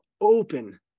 open